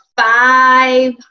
five